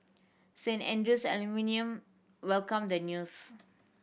Saint Andrew's alumni welcome the news